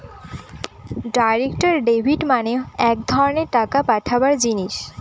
direct debit মানে এক ধরনের টাকা পাঠাবার জিনিস